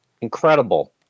incredible